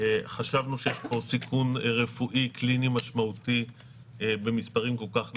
חשבנו שיש פה סיכון רפואי קליני משמעותי במספרים כל כך גדולים,